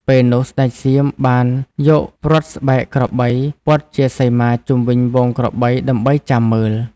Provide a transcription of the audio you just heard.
ពេលនោះ ស្ដេចសៀមបានយកព្រ័ត្រស្បែកក្របីព័ទ្ធជាសីមាជុំវិញហ្វូងក្របីដើម្បីចាំមើល។